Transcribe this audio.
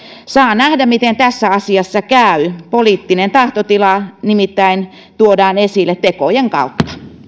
saa nähdä miten tässä asiassa käy poliittinen tahtotila nimittäin tuodaan esille tekojen kautta